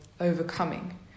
overcoming